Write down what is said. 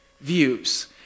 views